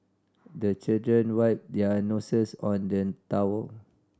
the children wipe their noses on the towel